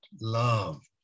love